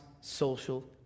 social